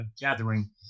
gathering